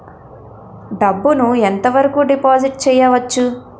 డబ్బు ను ఎంత వరకు డిపాజిట్ చేయవచ్చు?